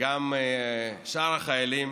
וגם לשאר החיילים,